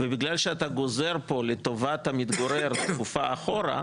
ובגלל שאתה גוזר פה, לטובת המתגורר, תקופה אחורה.